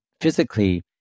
physically